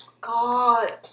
God